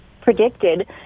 predicted